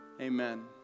Amen